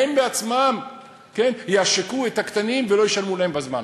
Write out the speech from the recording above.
הן בעצמן יעשקו את הקטנים ולא ישלמו להם בזמן.